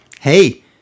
hey